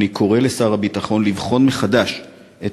ואני קורא לשר הביטחון לבחון מחדש את